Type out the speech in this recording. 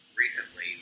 recently